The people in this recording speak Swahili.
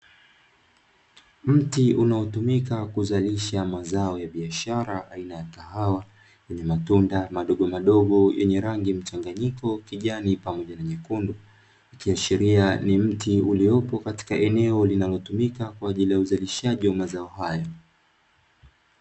Mti unaotumika kuzalisha mazao ya biashara aina ya kahawa, wenye matunda madogomadogo, yenye rangi mchanganyiko kijani pamoja na nyekundu ikiashiria ni mti uliokuepo kwa ajili ya uzalishaji wa mazao hayo.